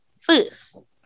first